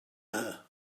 her